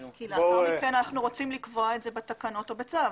כי לאחר מכן אנחנו רוצים לקבוע את זה בתקנות או בצו.